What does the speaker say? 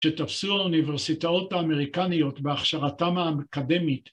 ‫שתפסו האוניברסיטאות האמריקניות ‫בהכשרתם האקדמית.